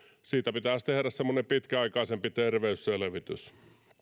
siitä pitäisi tehdä semmoinen pitkäaikaisempi terveysselvitys